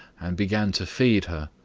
and began to feed her.